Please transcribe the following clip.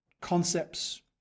concepts